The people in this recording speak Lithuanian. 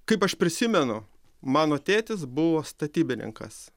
kaip aš prisimenu mano tėtis buvo statybininkas